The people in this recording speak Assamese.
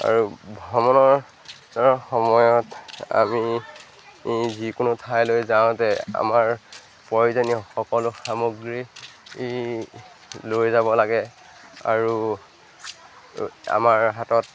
আৰু ভ্ৰমণৰ সময়ত আমি যিকোনো ঠাইলৈ যাওঁতে আমাৰ প্ৰয়োজনীয় সকলো সামগ্ৰী ই লৈ যাব লাগে আৰু আমাৰ হাতত